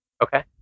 Okay